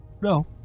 no